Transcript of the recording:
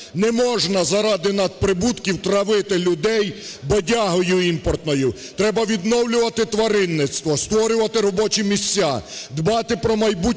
Неможна заради надприбутків травити людей бодягою імпортною! Треба відновлювати тваринництво, створювати робочі місця, дбати про майбутнє